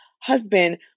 husband